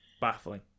baffling